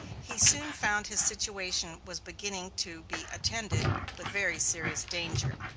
he soon found his situation was beginning to be attended with very serious danger.